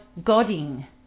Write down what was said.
godding